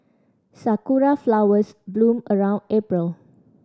sakura flowers bloom around April